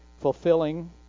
fulfilling